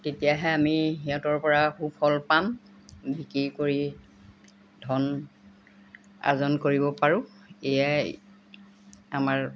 তেতিয়াহে আমি সিহঁতৰ পৰা সুফল পাম বিক্ৰী কৰি ধন আৰ্জন কৰিব পাৰোঁ এয়াই আমাৰ